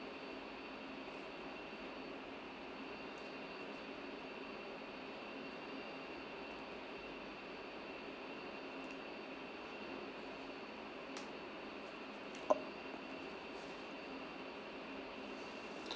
o~